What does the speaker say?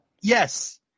Yes